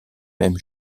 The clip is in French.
mêmes